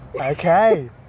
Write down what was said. okay